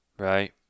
right